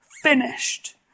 finished